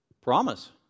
promise